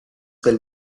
will